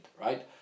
right